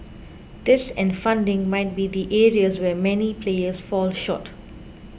this and funding might be the areas where many players fall short